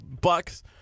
bucks